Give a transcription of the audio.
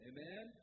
Amen